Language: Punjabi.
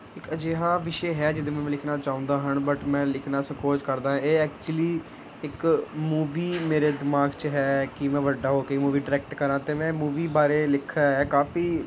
ਇੱਕ ਅਜਿਹਾ ਵਿਸ਼ੇ ਹੈ ਜਿਹਦੇ ਮੇ ਮੈਂ ਲਿਖਣਾ ਚਾਹੁੰਦਾ ਹਨ ਬਟ ਮੈਂ ਲਿਖਣਾ ਸੰਕੋਚ ਕਰਦਾ ਇਹ ਐਕਚੁਲੀ ਇੱਕ ਮੂਵੀ ਮੇਰੇ ਦਿਮਾਗ 'ਚ ਹੈ ਕਿ ਮੈਂ ਵੱਡਾ ਹੋ ਕੇ ਮੂਵੀ ਡਾਇਰੈਕਟ ਕਰਾਂ ਅਤੇ ਮੈਂ ਮੂਵੀ ਬਾਰੇ ਲਿਖ ਹੈ ਕਾਫੀ